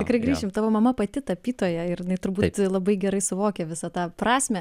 tikrai grįšim tavo mama pati tapytoja ir jinai turbūt labai gerai suvokia visą tą prasmę